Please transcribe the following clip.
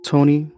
Tony